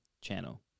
channel